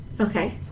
Okay